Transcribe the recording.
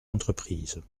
entreprises